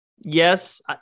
Yes